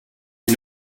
you